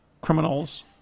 criminals